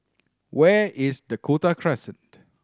where is Dakota Crescent